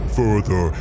further